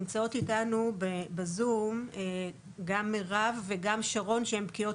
נמצאות איתנו בזום גם מירב וגם שרון שהן בקיאות